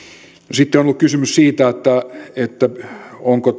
sitten on ollut kysymys siitä onko